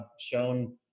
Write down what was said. shown